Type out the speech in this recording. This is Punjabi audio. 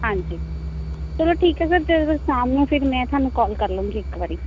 ਹਾਂਜੀ ਚਲੋ ਠੀਕ ਹੈ ਸਰ ਅਤੇ ਫਿਰ ਸ਼ਾਮ ਨੂੰ ਫਿਰ ਮੈਂ ਤੁਹਾਨੂੰ ਕਾਲ ਕਰ ਲੂੰਗੀ ਇੱਕ ਵਾਰੀ